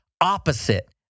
opposite